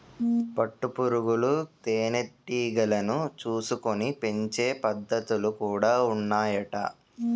పట్టు పురుగులు తేనె టీగలను చూసుకొని పెంచే పద్ధతులు కూడా ఉన్నాయట